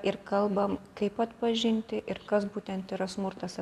ir kalbam kaip atpažinti ir kas būtent yra smurtas